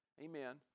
Amen